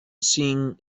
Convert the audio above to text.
seeing